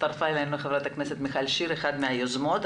הצטרפה אלינו ח"כ מיכל שיר, אחת מהיוזמות.